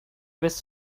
his